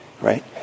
Right